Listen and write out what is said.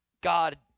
God